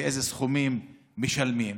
ואיזה סכומים משלמים.